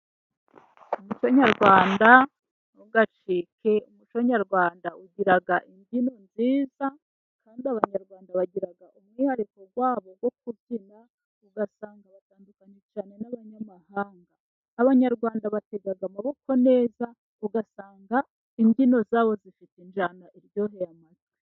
Umuco nyarwanda ntugacike, umuco nyarwanda ugira imbyino nziza kandi abanyarwanda bagira umwihariko wabo wo kubyina , Ugasanga batandukanye cyane n'abanyamahanga . Abanyarwanda batega amaboko neza usanga imbyino zabo zifite ijyana iryoheye amajwi.